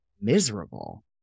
miserable